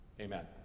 Amen